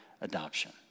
adoption